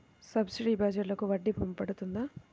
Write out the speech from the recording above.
Fixed డిపాజిట్లకు వడ్డీ పడుతుందా?